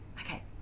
Okay